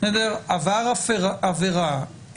עבר עבירה,